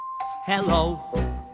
Hello